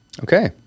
Okay